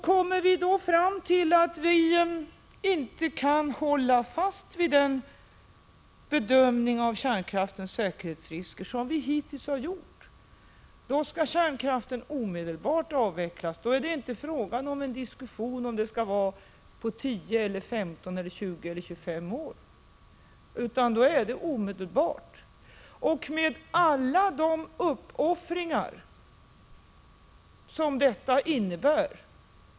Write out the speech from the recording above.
Kommer vi då fram till att vi inte kan hålla fast vid den bedömning av kärnkraftens säkerhetsrisker som vi hittills har gjort, då skall kärnkraften omedelbart avvecklas. Då är det inte fråga om en diskussion huruvida den skall avvecklas på 10, 15, 20 eller 25 år. Då gäller det avveckling omedelbart, och med alla de uppoffringar som detta innebär.